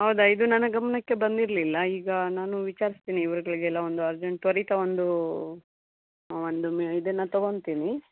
ಹೌದಾ ಇದು ನನ್ನ ಗಮನಕ್ಕೆ ಬಂದಿರಲಿಲ್ಲ ಈಗ ನಾನು ವಿಚಾರಿಸ್ತೀನಿ ಇವ್ರುಗಳಿಗೆಲ್ಲ ಒಂದು ಅರ್ಜೆಂಟ್ ತ್ವರಿತ ಒಂದು ಒಂದು ಮಿ ಇದನ್ನು ತೊಗೊತಿನಿ